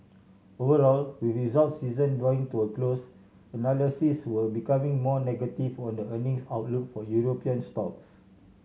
overall with results season drawing to a close analysts were becoming more negative were the earnings outlook for European stocks